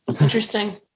Interesting